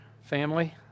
family